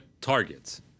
targets